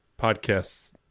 podcasts